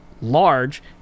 large